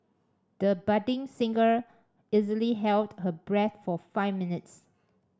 the budding singer easily held her breath for five minutes